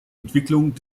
entwicklung